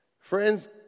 Friends